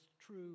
true